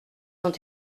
ont